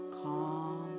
calm